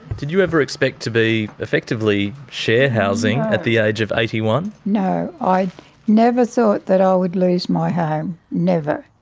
did you ever expect to be effectively share-housing at the age of eighty one? no. i never thought that i would lose my home. never.